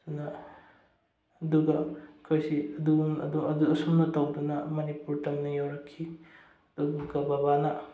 ꯑꯗꯨꯒ ꯑꯩꯈꯣꯏꯁꯤ ꯑꯁꯨꯝꯅ ꯇꯧꯗꯅ ꯃꯅꯤꯄꯨꯔ ꯇꯝꯅ ꯌꯧꯔꯛꯈꯤ ꯑꯗꯨꯒ ꯕꯕꯥꯅ